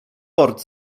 port